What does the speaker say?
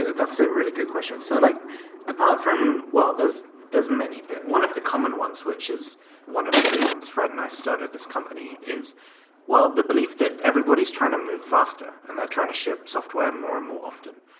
that's a really good question. so like apart from well, there's there's many, but one of the common ones which is one of the reasons fred and i started this company is the believe that everybody is trying to move faster and they're trying to ship software more and more often.